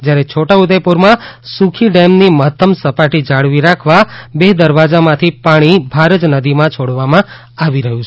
જ્યારે છોટા ઉદેપુરમાં સુખી ડેમની મહત્તમ સપાટી જાળવી રાખવા બે દરવાજામાંથી પાણી ભારજ નદીમાં છોડવામાં આવી રહ્યું છે